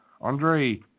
Andre